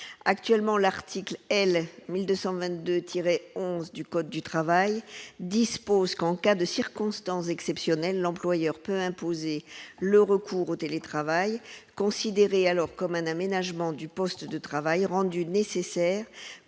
actuellement l'article L 1222 tiré 11 du code du travail, dispose qu'en cas de circonstances exceptionnelles, l'employeur peut imposer le recours au télétravail, considéré alors comme un aménagement du poste de travail rendu nécessaire pour